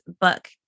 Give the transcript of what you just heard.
book